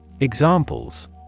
Examples